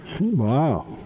Wow